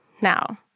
now